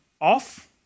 off